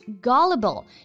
gullible